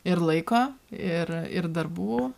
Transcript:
ir laiko ir ir darbų